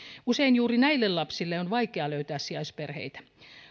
usein juuri näille lapsille on vaikeaa löytää sijaisperheitä